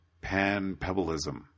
pan-pebbleism